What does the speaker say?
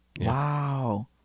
Wow